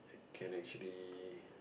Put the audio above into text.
can actually